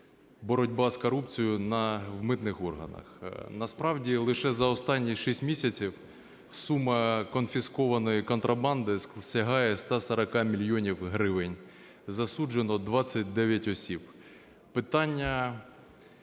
боротьба з корупцією в митних органах. Насправді лише за останніх 6 місяців сума конфіскованої контрабанди сягає 140 мільйонів гривень. Засуджено 29 осіб.